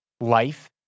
life